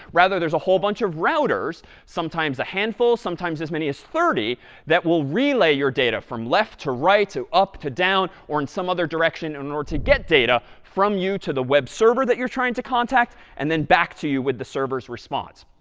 rather, there's a whole bunch of routers sometimes a handful, sometimes as many as thirty that will relay your data from left to right, to up to down, or in some other direction in order to get data from you to the web server that you're trying to contact and then back to you with the server's response.